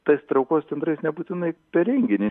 tas traukos centrais nebūtinai per renginį